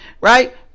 Right